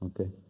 Okay